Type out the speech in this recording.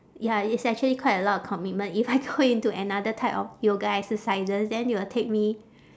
ya it is actually quite a lot of commitment if I go into another type of yoga exercises then it will take me